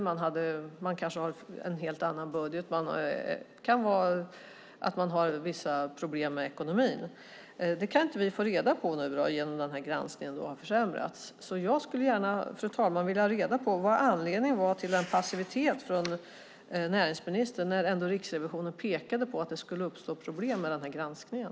Man kanske har en helt annan budget. Man kan ha vissa problem med ekonomin. Det kan vi inte få reda på nu i och med att den här granskningen har försämrats. Fru talman! Jag skulle gärna vilja ha reda på anledningen till näringsministerns passivitet när Riksrevisionen ändå pekade på att det skulle uppstå problem med den här granskningen.